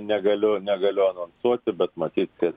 negaliu negaliu anonsuoti bet matyt kad